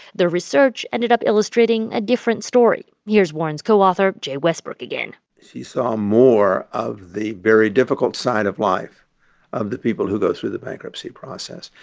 the research ended up illustrating a different story. here's warren's co-author jay westbrook again she saw more of the very difficult side of life of the people who go through the bankruptcy process.